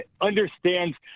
understands